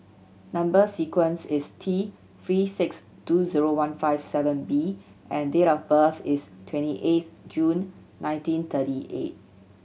number sequence is T Three six two zero one five seven B and date of birth is twenty eighth June nineteen thirty eight